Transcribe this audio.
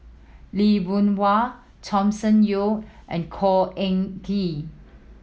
Lee Boon Wang Thomas Yeo and Khor Ean Ghee